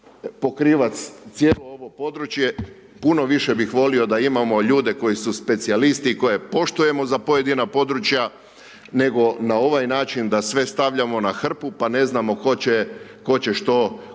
pokriva cijelo ovo područje. Puno više bih volio da imamo ljude koji su specijalisti i koje poštujemo za pojedina područja, nego na ovaj način da sve stavljamo na hrpu pa ne znamo tko će što